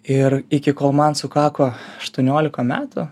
ir iki kol man sukako aštuoniolika metų